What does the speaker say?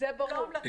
זה ברור.